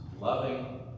loving